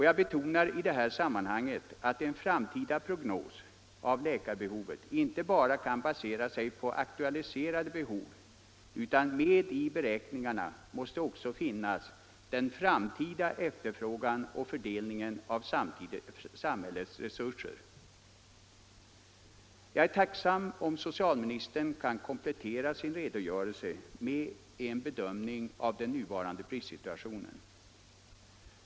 Jag betonar i det här sammanhanget att en framtida prognos av läkarbehovet inte bara kan basera sig på nu aktualiserade behov, utan med i beräkningarna måste också finnas den framtida efterfrågan och fördelningen av samhällets resurser. Jag är tacksam om socialministern kan komplettera sin redogörelse med en bedömning av den nuvarande bristsituationen.